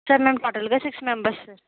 sir మేము టోటల్గా six members